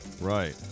Right